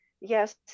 yes